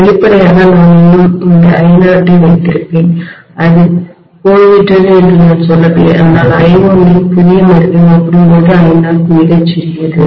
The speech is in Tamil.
வெளிப்படையாக நான் இன்னும் இந்த I0 ஐ வைத்திருப்பேன் அது போய்விட்டது என்று நான் சொல்லவில்லை ஆனால் I1 இன் புதிய மதிப்புடன் ஒப்பிடும்போது இந்த I0 மிகச்சிறியது